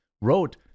wrote